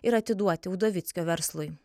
ir atiduoti udovickio verslui